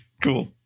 Cool